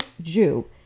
Jew